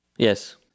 Yes